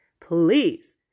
Please